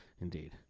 Indeed